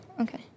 okay